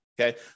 Okay